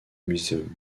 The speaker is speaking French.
muséum